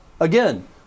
again